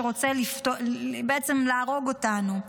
שרוצה בעצם להרוג אותנו.